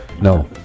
No